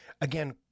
again